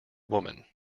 woman